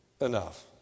enough